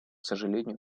сожалению